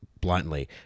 bluntly